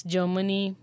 Germany